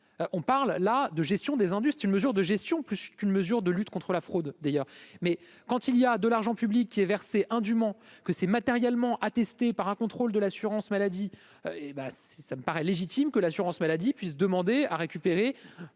on parle là de gestion des ennuis, c'est une mesure de gestion plus qu'une mesure de lutte contre la fraude, d'ailleurs, mais quand il y a de l'argent public qui est versé indûment que c'est matériellement attestée par un contrôle de l'assurance maladie et bah, si ça me paraît légitime que l'assurance maladie puisse demander à récupérer